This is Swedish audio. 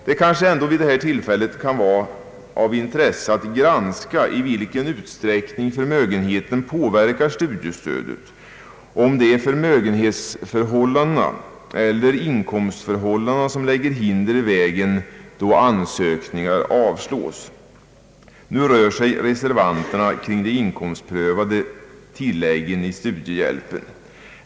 Det kanske ändå vid detta tillfälle kan vara av intresse att granska i vilren utsträckning förmögenheten påverkar studiestödet; om det är förmögenhetsförhållandena eller inkomstförhållandena som lägger hinder i vägen då ansökningar avslås. Nu rör reservationen de inkomstprövade tilläggen i studiehjälpen.